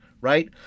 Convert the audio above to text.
right